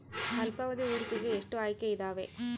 ಅಲ್ಪಾವಧಿ ಹೂಡಿಕೆಗೆ ಎಷ್ಟು ಆಯ್ಕೆ ಇದಾವೇ?